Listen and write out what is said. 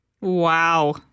Wow